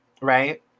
right